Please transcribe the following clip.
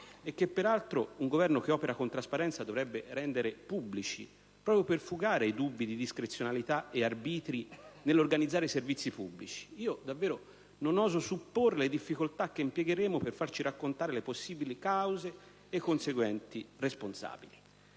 che peraltro un Governo che opera con trasparenza dovrebbe rendere pubblici, proprio per fugare i dubbi di discrezionalità e arbitrii nell'organizzare i servizi pubblici, non oso supporre le difficoltà che incontreremo per farci raccontare le possibili cause e i conseguenti responsabili.